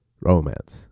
romance